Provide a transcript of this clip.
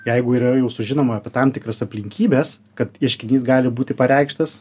jeigu yra jau sužinoma apie tam tikras aplinkybes kad ieškinys gali būti pareikštas